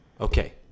Okay